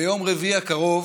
ביום רביעי הקרוב